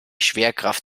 schwerkraft